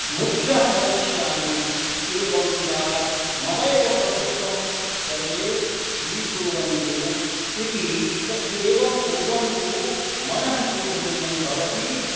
मुख्यः भविष्यामि एवञ्च ममैव प्रभुत्वं सर्वे स्वीकुर्वन्तु इति एवं पूर्वं तु मनः शोधनीयं भवति